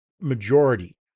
majority